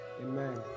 Amen